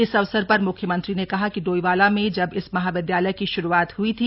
इस अवसर पर म्ख्यमंत्री ने कहा कि डोईवाला में जब इस महाविद्यालय की श्रूआत हर्ई थी